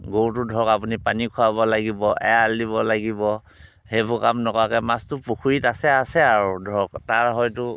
গৰুটো ধৰক আপুনি পানী খুৱাব লাগিব এৰাল দিব লাগিব সেইবোৰ কাম নকৰাকৈ মাছটো পুখুৰীত আছে আছে আৰু ধৰক তাত হয়টো